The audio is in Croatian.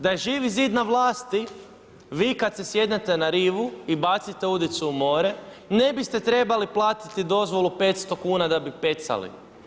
Da je Živi zid na vlasti vi kada se sjednete na ribu i bacite udicu u more ne biste trebali platiti dozvolu 500 kuna da bi pecali.